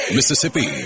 Mississippi